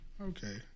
Okay